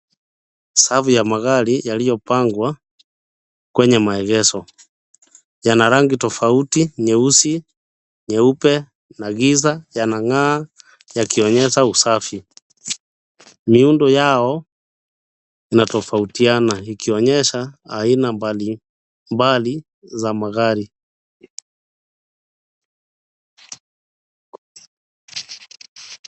Safu ya magari yaliyopangwa kwenye maegesho. Yana rangi tofauti. Nyeusi, nyeupe na giza yanang'aa yakionyesha usafi. Miundo yao inatofautiana ikionyesha aina mbalimbali za magari.